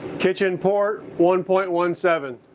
kitchen port, one point one seven.